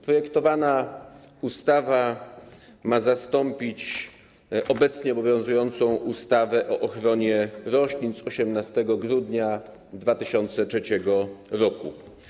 Projektowana ustawa ma zastąpić obecnie obowiązującą ustawę o ochronie roślin z 18 grudnia 2003 r.